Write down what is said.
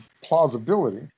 plausibility